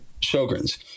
Sjogren's